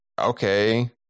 okay